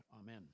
amen